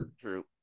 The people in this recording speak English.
true